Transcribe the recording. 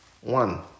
one